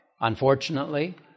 Unfortunately